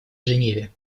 женеве